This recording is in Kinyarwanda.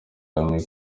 hamwe